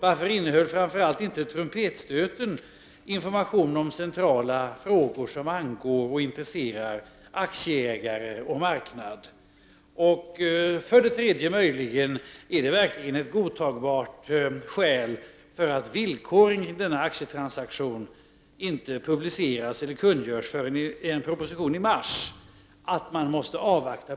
Varför innehöll inte trumpetstöten information om centrala frågor som angår och intresserar aktieägare och marknad? Att man måste avvakta Procordias bokslut, är det ett godtagbart skäl för att villkoren i denna aktietransaktion inte publiceras eller kungörs förrän i en proposition i mars?